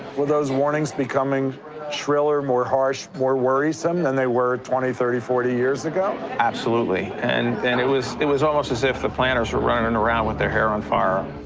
were those warnings becoming shriller, more harsh, more worrisome, than they were twenty, thirty, forty years ago? absolutely, and it was it was almost as if the planners were running around with their hair on fire.